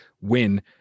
win